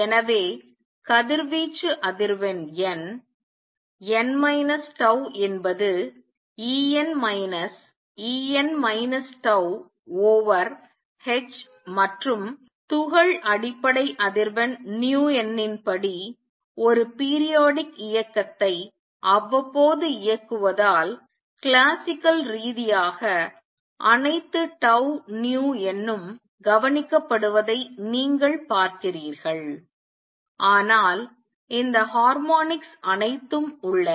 எனவே கதிர்வீச்சு அதிர்வெண் n n மைனஸ் tau என்பது E n minus E n minus tau over h மற்றும் துகள் அடிப்படை அதிர்வெண் nu n இன் படி ஒரு periodic இயக்கத்தை அவ்வப்போது இயக்குவதால் கிளாசிக்கல் ரீதியாக அனைத்து tau nu n கவனிக்கப்படுவதை நீங்கள் பார்க்கிறீர்கள் ஆனால் இந்த ஹார்மோனிக்ஸ் அனைத்தும் உள்ளன